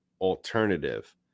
alternative